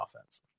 offense